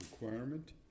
requirement